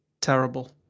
terrible